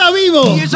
vivo